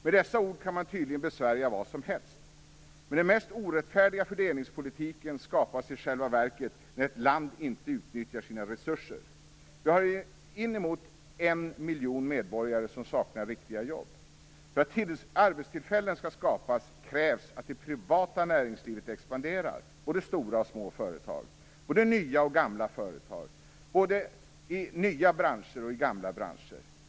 Med dessa ord kan man tydligen besvärja vad som helst. Men den mest orättfärdiga fördelningspolitiken skapas i själva verket när ett land inte utnyttjar sina resurser. Vi har inemot en miljon medborgare som saknar riktiga jobb. För att arbetstillfällen skall skapas krävs att det privata näringslivet expanderar, både stora och små företag, både nya och gamla företag i både nya och gamla branscher.